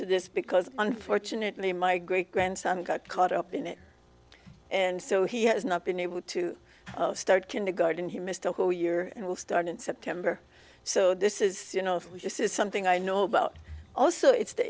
to this because unfortunately my great grandson got caught up in it and so he has not been able to start kindergarten he missed a whole year it will start in september so this is you know this is something i know about also its